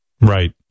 Right